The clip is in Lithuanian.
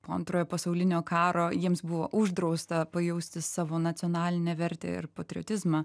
po antrojo pasaulinio karo jiems buvo uždrausta pajausti savo nacionalinę vertę ir patriotizmą